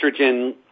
estrogen